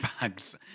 bags